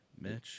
Mitch